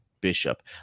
bishop